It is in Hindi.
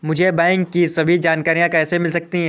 मुझे बैंकों की सभी जानकारियाँ कैसे मिल सकती हैं?